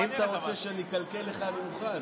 אם אתה רוצה שאני אקלקל לך, אני מוכן.